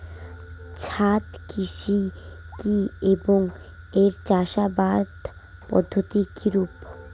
ছাদ কৃষি কী এবং এর চাষাবাদ পদ্ধতি কিরূপ?